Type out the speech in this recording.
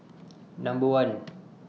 Number one